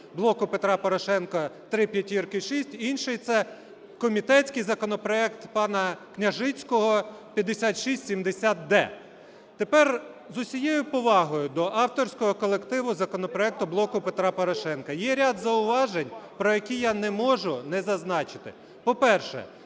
"Блоку Петра Порошенка" 5556, інший це комітетський законопроект пана Княжицького 5670-д. Тепер з усією повагою до авторського колективу законопроекту "Блоку Петра Порошенка" є ряд зауважень, про які я не можу не зазначити. По-перше,